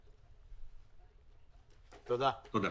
תודה.